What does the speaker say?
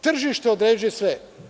Tržište određuje sve.